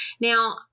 Now